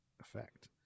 effect